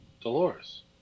Dolores